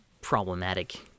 problematic